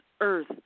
earth